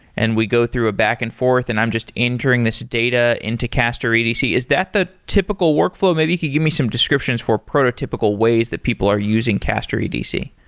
and we go through a back-and-forth and i'm just entering this data into castor edc. is that the typical workflow? maybe you could give me some descriptions for prototypical ways that people are using castor edc.